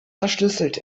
verschlüsselt